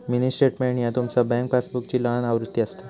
mini statement ह्या तुमचा bank पासबुकची लहान आवृत्ती असता